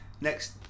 next